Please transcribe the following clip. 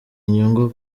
nyungu